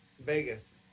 Vegas